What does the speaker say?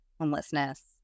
homelessness